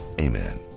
Amen